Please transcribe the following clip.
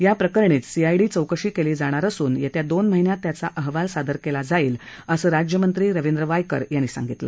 याप्रकरणीच CID चौकशी केली जाणार असून येत्या दोन महिन्यात त्याचा अहवाल सादर होईल असं राज्यमंत्री रविंद्र वायकर यांनी सांगितलं